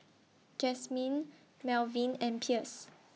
Jasmin Melvin and Pierce